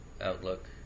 outlook